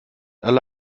alle